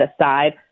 aside